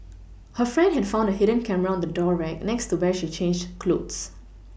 her friend had found a hidden camera on the door rack next to where she changed clothes